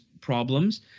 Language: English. problems